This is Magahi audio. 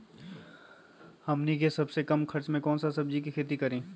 हमनी के सबसे कम खर्च में कौन से सब्जी के खेती करी?